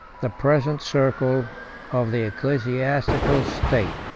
the present circle of the ecclesiastical state.